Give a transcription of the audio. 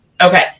okay